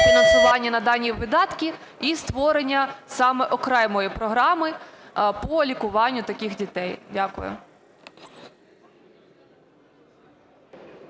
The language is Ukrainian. фінансування на дані видатки і створення саме окремої програми по лікуванню таких дітей. Дякую.